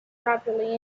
properly